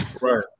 Right